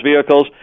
vehicles